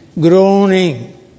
Groaning